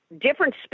different